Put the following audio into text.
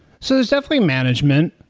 so there's definitely management.